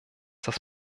das